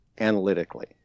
analytically